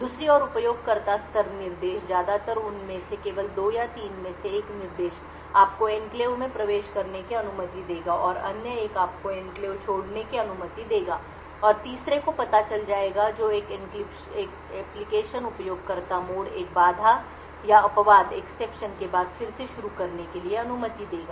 दूसरी ओर उपयोगकर्ता स्तर निर्देश ज्यादातर उनमें से केवल 2 या 3 में से एक निर्देश आपको एन्क्लेव में प्रवेश करने की अनुमति देगा और अन्य एक आपको एन्क्लेव छोड़ने की अनुमति देगा और तीसरे को पता चल जाएगा जो एक एप्लिकेशन उपयोगकर्ता मोड एक बाधा या अपवाद के बाद फिर से शुरू करने के लिए अनुमति देगा